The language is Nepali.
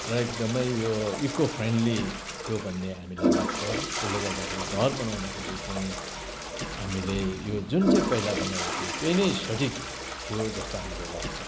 र एकदमै यो इको फ्रेन्ड्ली थियो भन्ने हामीलाई लाग्छ त्यसले गर्दाखेरि घर बनाउँदाखेरि चाहिँ हामीले यो जुन चाहिँ पहिला बनाइएको थियो त्यही नै सठिक थियो जस्तो हामीलाई लाग्छ